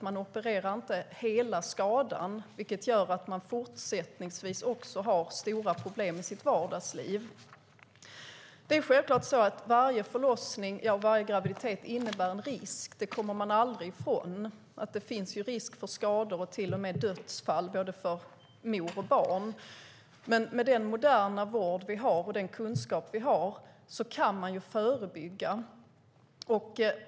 Man opererar inte hela skadan, vilket gör att de också fortsättningsvis har stora problem i sitt vardagsliv. Det är självklart så att varje förlossning och graviditet innebär en risk. Det kommer man aldrig ifrån. Det finns risk för skador och till och med dödsfall för både mor och barn. Men med den moderna vård vi har och den kunskap vi har kan man förebygga.